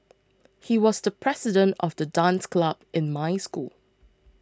he was the president of the dance club in my school